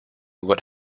what